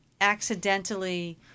accidentally